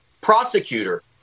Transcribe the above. prosecutor